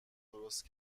درست